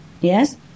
Yes